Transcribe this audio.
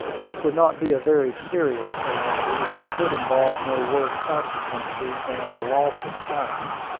this would not be a very serious calamity, and could involve no worse consequences than a loss of time.